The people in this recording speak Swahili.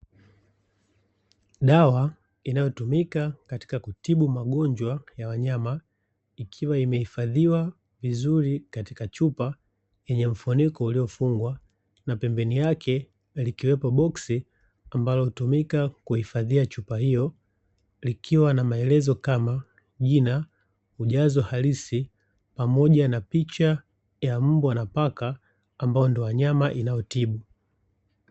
Dawa inayotimika katika kutibu magonjwa ya Wanyama ikiwa imehifadhiwa vizuri katika chupa yenye mfuniko uliofungwa, na pembeni yake likiwepo boksi ambalo hutumika kuhifadhia chupa hiyo likiwa na maelezo kama: jina, ujazo halisi pamoja na picha ya mbwa na paka ambao ndo wanyama inaotibu.